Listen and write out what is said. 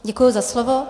Děkuji za slovo.